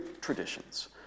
traditions